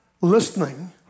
listening